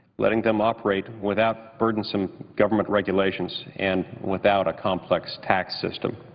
letting them operate without burdensome government regulations and without a complex tax system.